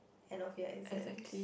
end of year exams